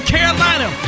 Carolina